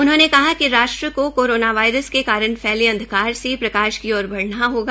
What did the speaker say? उन्होंने कहा कि राष्ट्र को कोरोना वायरस के कारण फैले अंधकार से प्रकाश की ओर बढ़ना होगा